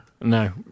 No